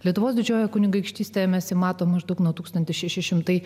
lietuvos didžiojoje kunigaikštystėje nesimato maždaug nuo tūkstantis šeši šimtai